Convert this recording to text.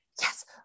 Yes